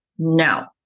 No